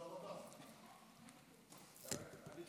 שר החינוך,